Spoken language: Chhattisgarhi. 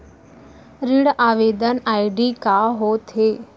ऋण आवेदन आई.डी का होत हे?